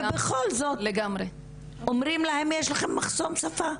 ובכל זאת אומרים להן שיש להן מחסום שפה.